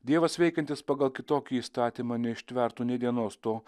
dievas veikiantis pagal kitokį įstatymą neištvertų nei dienos to